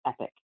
epic